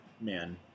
man